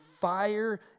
fire